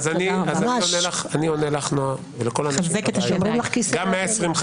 קודם כל אני רוצה להגיד, שאם מסתכלים על